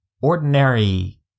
ordinary